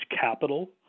capital